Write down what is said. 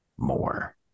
more